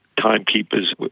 timekeepers